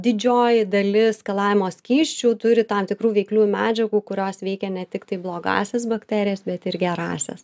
didžioji dalis skalavimo skysčių turi tam tikrų veikliųjų medžiagų kurios veikia ne tiktai blogąsias bakterijas bet ir gerąsias